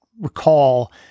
recall